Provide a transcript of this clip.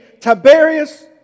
Tiberius